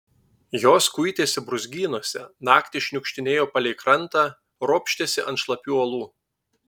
jos kuitėsi brūzgynuose naktį šniukštinėjo palei krantą ropštėsi ant šlapių uolų